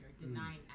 denying